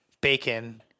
bacon